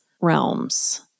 realms